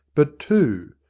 but two.